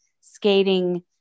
skating